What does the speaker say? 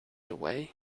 away